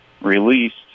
released